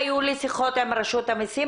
היו לי שיחות עם רשות המסים,